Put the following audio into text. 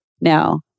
now